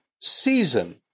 season